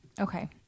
Okay